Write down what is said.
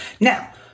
Now